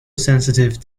sensitive